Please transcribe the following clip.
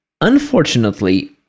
Unfortunately